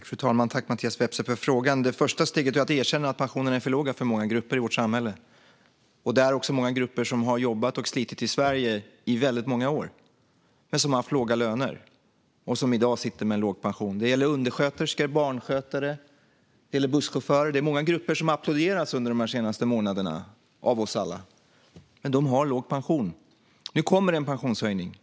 Fru talman! Tack, Mattias Vepsä, för frågan! Det första steget är att erkänna att pensionerna är för låga för många grupper i vårt samhälle. Det är också många grupper som har jobbat och slitit i Sverige i väldigt många år men som har haft låga löner och som i dag sitter med en låg pension. Det gäller undersköterskor, barnskötare och busschaufförer. Det är många grupper som har applåderats under de senaste månaderna av oss alla. Men de har låg pension. Nu kommer det en pensionshöjning.